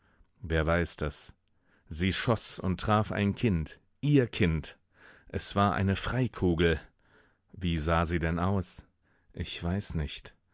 wer weiß das sie schoß und traf ein kind ihr kind es war eine freikugel wie sah sie denn aus ich weiß nicht